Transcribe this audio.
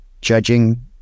judging